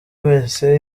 wese